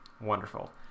Wonderful